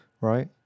right